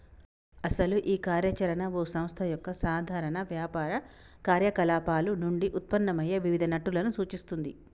అసలు ఈ కార్య చరణ ఓ సంస్థ యొక్క సాధారణ వ్యాపార కార్యకలాపాలు నుండి ఉత్పన్నమయ్యే వివిధ నట్టులను సూచిస్తుంది